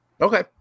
Okay